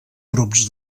grups